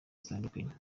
zitandukanye